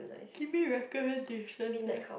give me recommendations leh